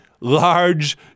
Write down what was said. Large